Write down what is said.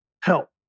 help